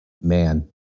man